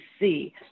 see